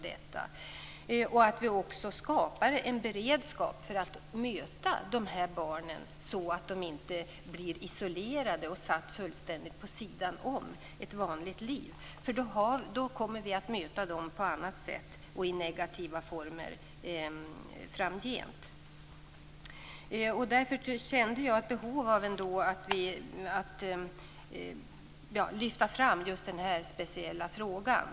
Dessutom är det viktigt att skapa en beredskap för att möta de här barnen så att de inte blir isolerade och fullständigt hamnar vid sidan av ett vanligt liv. Annars kommer vi nämligen framgent att möta de här barnen på ett annat sätt, i negativa former. Mot den bakgrunden kände jag ett behov av att lyfta fram just den här speciella frågan.